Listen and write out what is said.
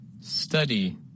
Study